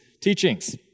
teachings